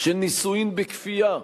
של נישואים בכפייה,